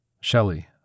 Shelley